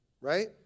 Right